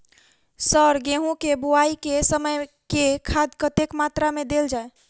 Sir गेंहूँ केँ बोवाई केँ समय केँ खाद कतेक मात्रा मे देल जाएँ?